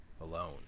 alone